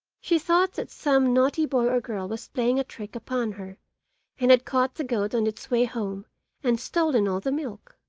she thought that some naughty boy or girl was playing a trick upon her and had caught the goat on its way home and stolen all the milk.